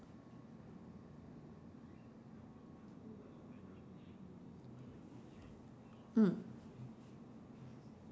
mm